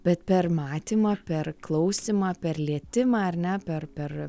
bet per matymą per klausymą per lietimą ar ne per per